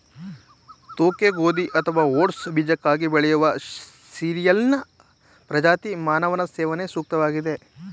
ತೋಕೆ ಗೋಧಿ ಅಥವಾ ಓಟ್ಸ್ ಬೀಜಕ್ಕಾಗಿ ಬೆಳೆಯುವ ಸೀರಿಯಲ್ನ ಪ್ರಜಾತಿ ಮಾನವನ ಸೇವನೆಗೆ ಸೂಕ್ತವಾಗಿದೆ